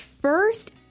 first